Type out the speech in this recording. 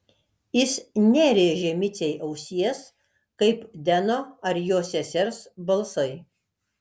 jis nerėžė micei ausies kaip deno ar jo sesers balsai